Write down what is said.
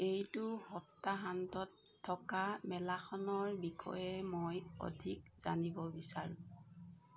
এইটো সপ্তাহান্তত থকা মেলাখনৰ বিষয়ে মই অধিক জানিব বিচাৰোঁ